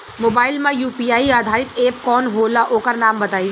Mobile म UPI आधारित app कौन होला ओकर नाम बताईं?